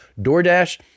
DoorDash